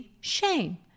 shame